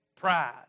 pride